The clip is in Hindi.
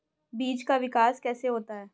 बीज का विकास कैसे होता है?